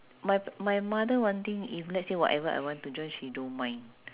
my my mother one thing if let's say whatever I want to join she don't mind